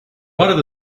arada